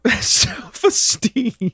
Self-esteem